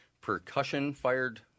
percussion-fired